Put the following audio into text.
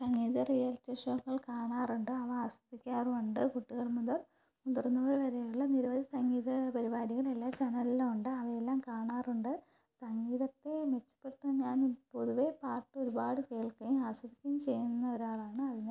സംഗീത reality ഷോകൾ കാണാറുണ്ട് അവ ആസ്വദിക്കാറുമുണ്ട് കുട്ടികൾ മുതൽ മുതിർന്നവർ വരെയുള്ള നിരവധി സംഗീത പരിപാടികൾ എല്ലാ ചാനലിലുമുണ്ട് അവയെല്ലാം കാണാറുണ്ട് സംഗീതത്തെ മെച്ചപ്പെടുത്താൻ ഞാൻ പൊതുവേ പാട്ടൊരുപാട് കേൾക്കുകയും ആസ്വദിക്കുകയും ചെയ്യുന്ന ഒരാളാണ് അതിനാൽത്തന്നെ